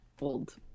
old